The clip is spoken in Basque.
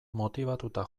motibatuta